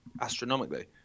astronomically